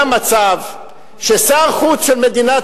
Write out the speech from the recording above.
כמה פעמים היה מצב ששר חוץ של מדינת